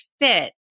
fit